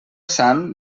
sant